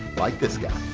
like this guy.